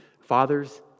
Fathers